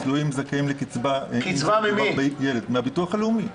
התלויים זכאים לקצבה מהביטוח הלאומי.